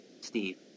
steve